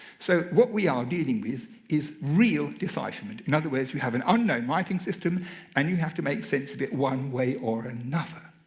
so what we are dealing with is real decipherment. in other words, you have an unknown writing system and you have to make sense of it one way or another.